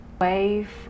wave